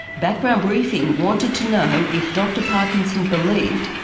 background briefing wanted to know if dr parkinson believed,